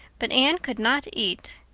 but anne could not eat.